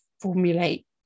formulate